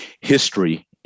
History